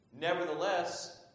Nevertheless